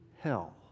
hell